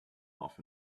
off